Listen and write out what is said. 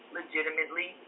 legitimately